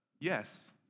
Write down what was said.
Yes